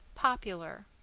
popular.